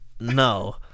no